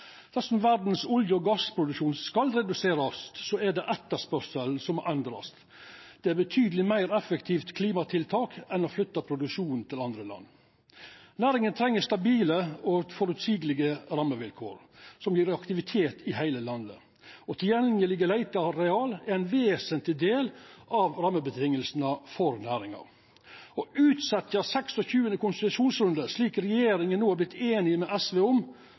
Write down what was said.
Dersom olje- og gassproduksjon i verda skal reduserast, er det etterspurnaden som må endrast. Det er eit betydeleg meir effektivt klimatiltak enn å flytta produksjonen til andre land. Næringa treng stabile og føreseielege rammevilkår, som gjev aktivitet i heile landet. Tilgjengeleg leiteareal er en vesentleg del av rammevilkåra for næringa. Å utsetja 26. konsesjonsrunde, slik regjeringa no har vorte einig med SV om,